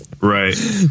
right